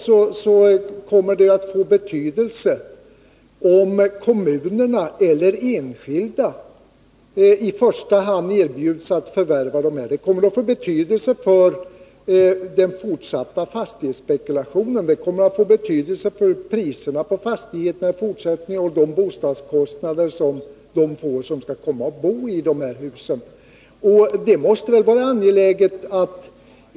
Det kommer att få betydelse om kommuner eller enskilda i första hand skall erbjudas att förvärva dessa fastigheter. Det påverkar den fortsatta fastighetsspekulationen och priserna på fastigheterna och därmed bostadskostnaderna för dem som bor i dessa hus.